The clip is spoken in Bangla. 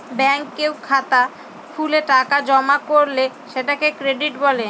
ব্যাঙ্কে কেউ খাতা খুলে টাকা জমা করলে সেটাকে ক্রেডিট বলে